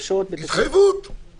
(9)חובת יידוע של עובדים,